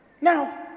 Now